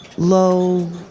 low